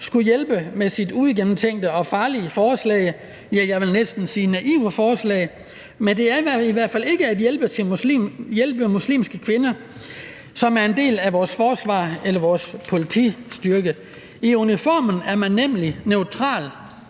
skulle hjælpes med sit uigennemtænkte og farlige forslag – ja, jeg vil næsten sige naive forslag. Men det er i hvert fald ikke at hjælpe muslimske kvinder, som er en del af vores forsvar eller vores politistyrke. I uniformen er man nemlig neutral;